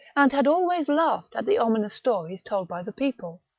and had always laughed at the ominous stories told by the people.